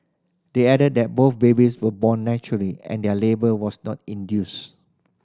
they added that both babies were born naturally and their labour was not induced